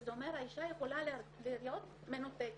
שזה אומר שהאישה יכולה להיות מנותקת,